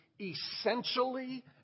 essentially